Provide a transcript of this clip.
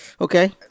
Okay